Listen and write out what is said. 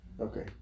Okay